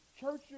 churches